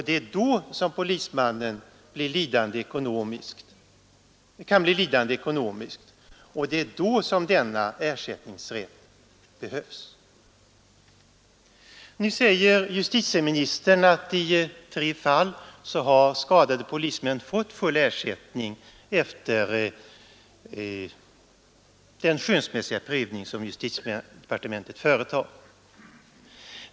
Det är då som polismannen kan bli lidande ekonomiskt, och det är då som denna ersättningsrätt behövs. Nu säger justitieministern att i tre fall har skadade polismän fått full ersättning efter den skönsmässiga prövning som justitiedepartementet företar.